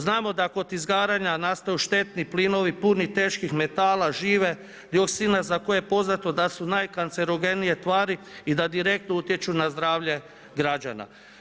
Znamo da kod izgaranja nastaju štetni plinovi, puni teških metala, žive, i oksida za koje je poznato da su najkarcinogenije tvari i da direktno utječu na zdravlje građana.